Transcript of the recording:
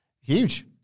huge